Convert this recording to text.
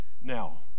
Now